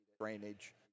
drainage